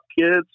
kids